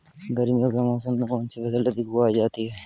गर्मियों के मौसम में कौन सी फसल अधिक उगाई जाती है?